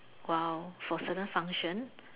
!wow! for certain function